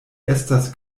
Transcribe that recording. estas